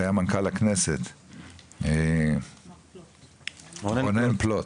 שהיה מנכ"ל הכנסת, רונן פלוט,